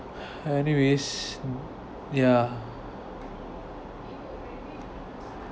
anyways yeah